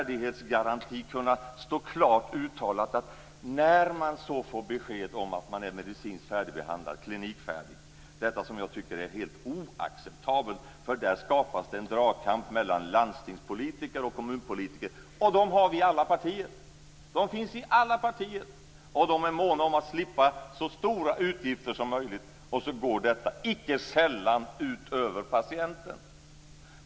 Det här med beskedet om att man är medicinskt färdigbehandlad, klinikfärdig tycker jag är helt oacceptabelt, för där skapas en dragkamp mellan landstingspolitiker och kommunpolitiker. Sådana har vi i alla partier, och de är måna om att slippa så stora utgifter som möjligt. Icke sällan går detta ut över patienten.